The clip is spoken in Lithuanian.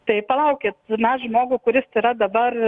tai palaukit mes žmogų kuris yra dabar